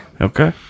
okay